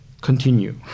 continue